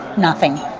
nothing.